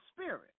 spirit